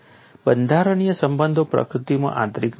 બંધારણીય સંબંધો પ્રકૃતિમાં આંતરિક નથી હોતા